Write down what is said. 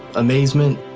amazement,